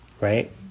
Right